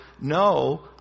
no